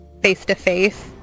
face-to-face